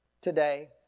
today